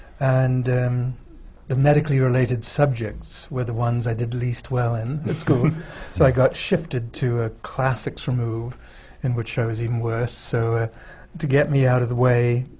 and the medically related subjects were the ones i did least well in at school, so i got shifted to a classics remove in which i was even worse. so ah to get me out of the way,